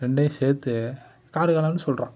ரெண்டையும் சேர்த்து கார்க்காலன்னு சொல்கிறான்